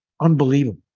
unbelievable